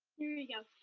here you go.